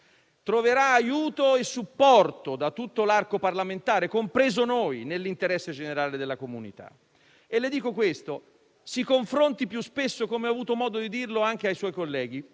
Troverà aiuto e supporto da tutto l'arco parlamentare, compresi noi, nell'interesse generale della comunità. Si confronti più spesso - come ho avuto modo di dire anche ai suoi colleghi